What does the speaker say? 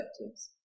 perspectives